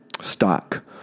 stock